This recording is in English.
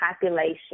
population